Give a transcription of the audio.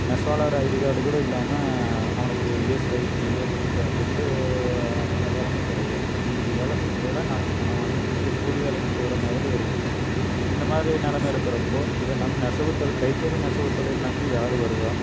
நெசவாளர் ID card கூட இல்லாமல் அவனுக்கு இஎஸ்ஐ பிஃஎப் எந்த ஆதாரமே கிடயாது இன்னிக்கு வேலை செஞ்சால்தான் நாளைக்கு பணம் வாங்க முடியும் ஏதோ கூலி வேலைக்குப் போகிற மாதிரிதான் இருக்குது இந்த மாதிரி நிலம இருக்கிறப்போ இதை நம் நெசவுத் தொழில் கைத்தறி நெசவுத் தொழில் நம்பி யார் வருவா